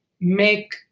make